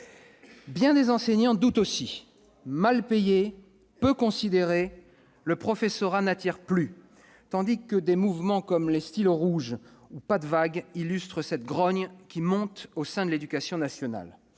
Bien des enseignants doutent, eux aussi. Mal payé, peu considéré, le professorat n'attire plus, tandis que des mouvements comme « les stylos rouges » ou « PasDeVague » illustrent cette grogne qui monte au sein de l'éducation nationale.